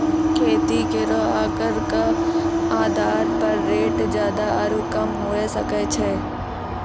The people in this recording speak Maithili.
खेती केरो आकर क आधार पर रेट जादा आरु कम हुऐ सकै छै